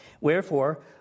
wherefore